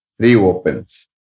reopens